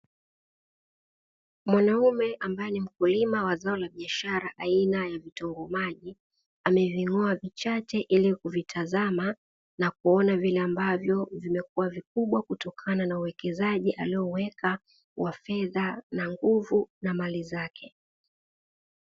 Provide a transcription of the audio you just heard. Mwanaume ambaye ni mkulima wa zao la biashara aina ya vitunguu maji, ameving'oa vichache na kuvitazama ili kuona vile ambavyo vimekuwa vikubwa kutokana na uwekezaji aliouweka wa fedha, na nguvu na mali zake.